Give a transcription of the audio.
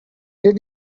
did